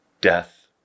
death